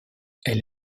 elle